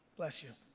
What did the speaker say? bless you.